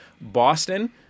Boston